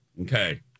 Okay